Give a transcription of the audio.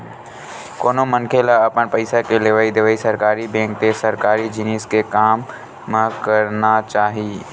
कोनो मनखे ल अपन पइसा के लेवइ देवइ सरकारी बेंक ते सरकारी जिनिस के काम म करना चाही